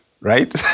right